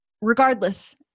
regardless